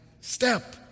step